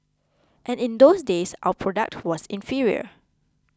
and in those days our product was inferior